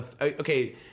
Okay